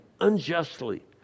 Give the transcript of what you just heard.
unjustly